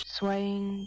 Swaying